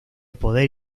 poder